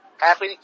Happy